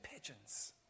pigeons